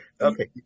Okay